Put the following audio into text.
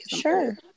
Sure